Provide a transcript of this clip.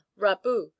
rabu